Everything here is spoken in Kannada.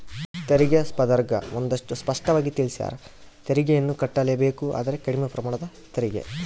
ತೆರಿಗೆ ಸ್ಪರ್ದ್ಯಗ ಒಂದಷ್ಟು ಸ್ಪಷ್ಟವಾಗಿ ತಿಳಿಸ್ಯಾರ, ತೆರಿಗೆಯನ್ನು ಕಟ್ಟಲೇಬೇಕು ಆದರೆ ಕಡಿಮೆ ಪ್ರಮಾಣದ ತೆರಿಗೆ